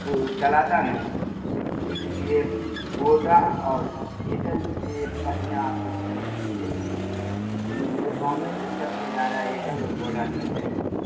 چلاتا نہیں ہوں اس لیے بوڈا اور ایئرٹل سے بڑھیا آپ کو جیو نہیں ملے گا اسی لیے میرے گاؤں میں سب سے زیادہ ایرٹل اور بوڈا چل رہے ہے